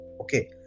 okay